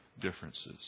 differences